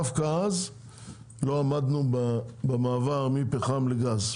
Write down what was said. דווקא אז לא עמדנו במעבר מפחם לגז.